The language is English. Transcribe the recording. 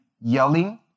yelling